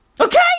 Okay